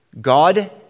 God